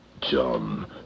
John